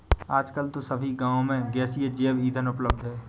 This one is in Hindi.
आजकल तो सभी गांव में गैसीय जैव ईंधन उपलब्ध है